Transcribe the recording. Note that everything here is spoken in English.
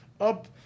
up